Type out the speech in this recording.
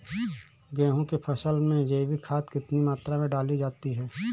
गेहूँ की फसल में जैविक खाद कितनी मात्रा में डाली जाती है?